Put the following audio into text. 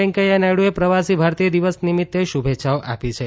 વેકૈયા નાયડુએ પ્રવાસી ભારતીય દિવસ નિમિત્તે શુભેચ્છાઓ આપી છે